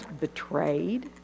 betrayed